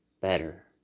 better